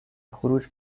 خروج